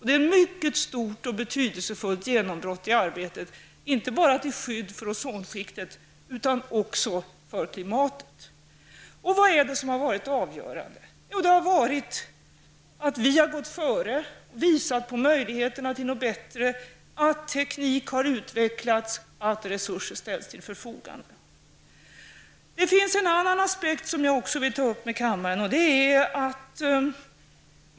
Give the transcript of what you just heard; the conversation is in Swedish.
Det är ett mycket stort och betydelsefullt genombrott i arbetet till skydd för inte bara ozonskiktet, utan också för klimatet. Vad är det då som har varit avgörande? Jo, det avgörande har varit att vi har gått före, visat på möjligheterna till något bättre, att teknik utvecklats och att resurser ställts till förfogande. Jag vill också ta upp en annan aspekt med kammaren.